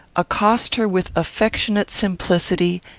accost her with affectionate simplicity,